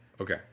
Okay